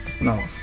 No